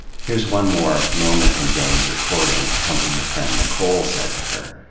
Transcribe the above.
here's one more moment from janey's recordings, something her friend nicole said to her,